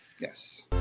Yes